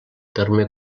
terme